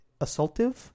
Assaultive